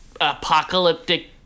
apocalyptic